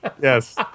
Yes